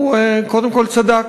קודם כול, הוא צדק.